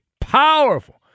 powerful